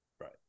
Right